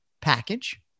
package